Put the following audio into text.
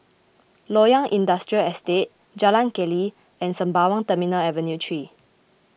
Loyang Industrial Estate Jalan Keli and Sembawang Terminal Avenue three